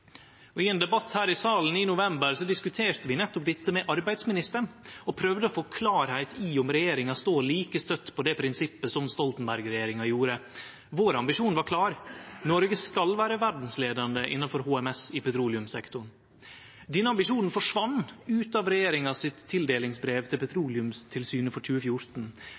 HMS. I ein debatt her i salen i november diskuterte vi dette med arbeidsministeren og prøvde å få det klart om regjeringa står like støtt på dette prinsippet som Stoltenberg-regjeringa gjorde. Ambisjonen vår var klar: Noreg skal vere verdsleiande innanfor HMS i petroleumssektoren. Denne ambisjonen forsvann ut av regjeringas tildelingsbrev til Petroleumstilsynet for 2014.